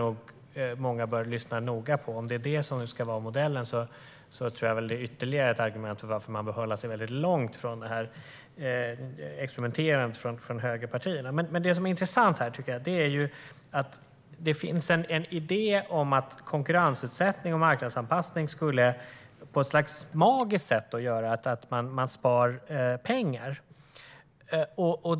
Om det är detta som ska vara modellen är det ytterligare ett argument för att hålla sig långt från högerpartiernas experimenterande. Det som är intressant är att det finns en idé om att konkurrensutsättning och marknadsanpassning på något magiskt sätt skulle leda till att man sparar pengar.